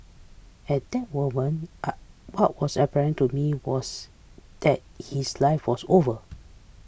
at that moment what was apparent to me was that his life was over